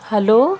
hello